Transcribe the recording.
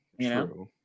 true